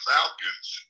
Falcons